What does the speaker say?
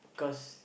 cause